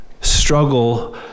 struggle